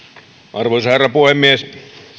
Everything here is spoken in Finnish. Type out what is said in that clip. arvoisa herra puhemies